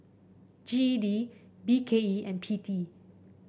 G E D B K E and P T